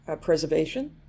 preservation